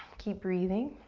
keep breathing.